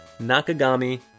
Nakagami